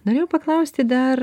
norėjau paklausti dar